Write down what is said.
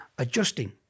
adjusting